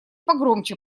погромче